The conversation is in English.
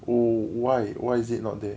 oh why why is it not there